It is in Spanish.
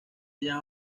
llama